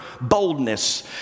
boldness